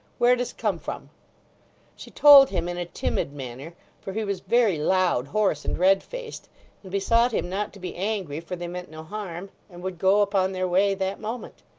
where dost come from she told him in a timid manner for he was very loud, hoarse, and red-faced and besought him not to be angry, for they meant no harm, and would go upon their way that moment.